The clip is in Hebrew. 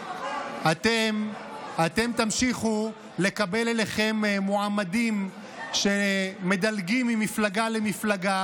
אתם תמשיכו לקבל אליכם מועמדים שמדלגים ממפלגה למפלגה